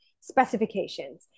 specifications